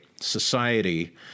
society